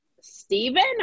Stephen